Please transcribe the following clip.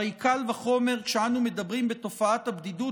הרי קל וחומר כשאנו מדברים בתופעת הבדידות,